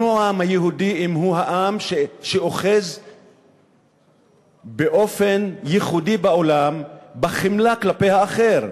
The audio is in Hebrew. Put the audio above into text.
מיהו העם היהודי אם לא העם שאוחז באופן ייחודי בעולם בחמלה כלפי האחר?